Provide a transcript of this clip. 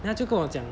then 他就跟我讲